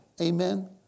Amen